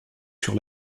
sur